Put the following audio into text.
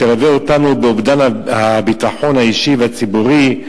תלווה אותנו באובדן הביטחון האישי והציבורי,